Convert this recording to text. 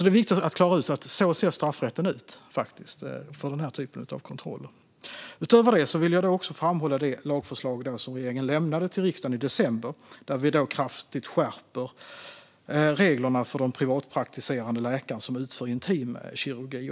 Det är viktigt att klara ut att det är så straffrätten ser ut för den här typen av kontroller. Utöver detta vill jag framhålla det lagförslag som regeringen lämnade till riksdagen i december om att kraftigt skärpa reglerna för de privatpraktiserande läkare som utför intimkirurgi.